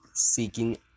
Seeking